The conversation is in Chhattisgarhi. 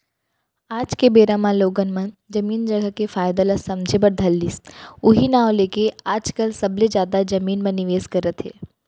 आज के बेरा म लोगन मन जमीन जघा के फायदा ल समझे बर धर लिस उहीं नांव लेके आजकल सबले जादा जमीन म निवेस करत हे